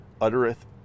uttereth